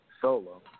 solo